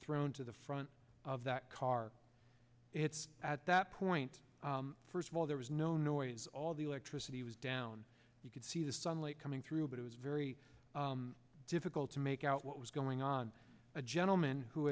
thrown to the front of that car it's at that point first of all there was no no it was all the electricity was down you could see the sunlight coming through but it was very difficult to make out what was going on a gentleman who